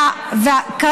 אז אנחנו נעשה את זה,